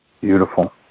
Beautiful